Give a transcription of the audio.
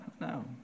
no